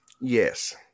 Yes